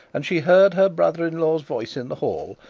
and she heard her brother-in-law's voice in the hall,